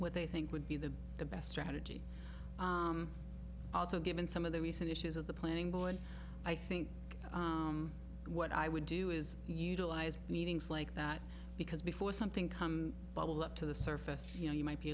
what they think would be the best strategy also given some of the recent issues of the planning board i think what i would do is utilize meetings like that because before something come bubbled up to the surface you know you might be